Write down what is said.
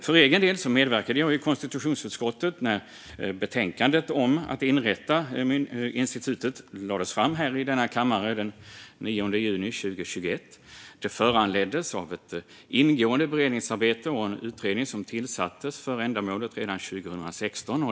För egen del medverkade jag i konstitutionsutskottet när betänkandet om att inrätta institutet lades fram i denna kammare den 9 juni 2021. Det föranleddes av ett ingående beredningsarbete och en utredning som tillsattes för ändamålet redan 2016.